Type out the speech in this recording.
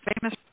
famous